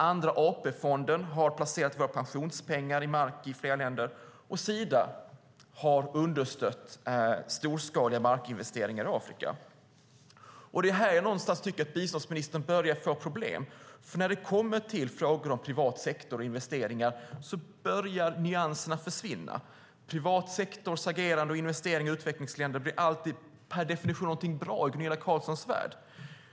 Andra AP-fonden har placerat våra pensionspengar i mark i flera länder. Sida har understött storskaliga markinvesteringar i Afrika. Det är här någonstans jag tycker att biståndsministern börjar få problem, för när det kommer till frågor om privat sektor och investeringar börjar nyanserna försvinna. Den privata sektorns agerande och investeringar i utvecklingsländer blir alltid per definition någonting bra i Gunilla Carlssons värld.